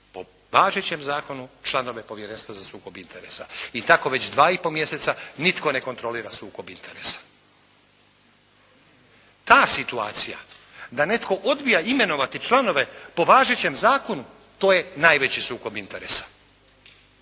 po važećem zakonu članove Povjerenstva za sukob interesa i tako već dva i pol mjeseca nitko ne kontrolira sukob interesa. Ta situacija da netko odbija imenovati članove po važećem zakonu to je najveći sukob interesa